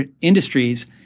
industries